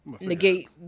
negate